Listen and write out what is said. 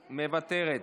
מוותרת,